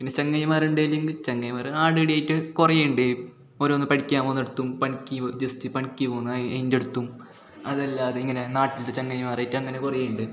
പിന്നെ ചെങ്ങയിമാരുണ്ടേനെങ്ക് ചെങ്ങയിമാര് അവിടെ ഇവിടെ ആയിട്ട് കുറേ ഉണ്ട് ഓരോന്ന് പഠിക്കാൻ പോകുന്നിടത്തും പണിക്ക് ജെസ്റ്റ് പണിക്ക് പോകുന്ന ആ അതിൻ്റെ അടുത്തും അതല്ലാതെ ഇങ്ങനെ നാട്ടിലത്തെ ചങ്ങാതിമാരായിട്ട് അങ്ങനെ കുറെ ഉണ്ട്